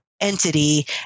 entity